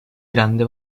grande